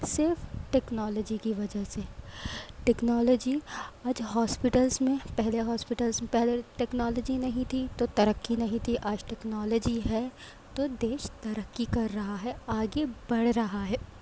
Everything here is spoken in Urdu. صرف ٹیکنالوجی کی وجہ سے ٹیکنالوجی آج ہاسپٹلس میں پہلے ہاسپٹلس پہلے ٹیکنالوجی نہیں تھی تو ترقی نہیں تھی آج ٹیکنالوجی ہے تو دیش ترقی کر رہا ہے آگے بڑھ رہا ہے